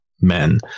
men